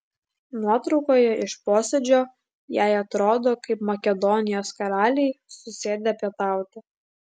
nuotraukoje iš posėdžio jei atrodo kaip makedonijos karaliai susėdę pietauti